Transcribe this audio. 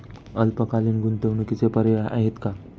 अल्पकालीन गुंतवणूकीचे पर्याय आहेत का?